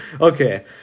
okay